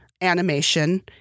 animation